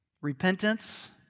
repentance